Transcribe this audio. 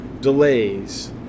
delays